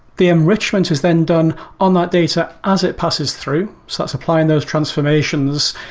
the enrichment is then done on that data as it passes through. so that's applying those transformations.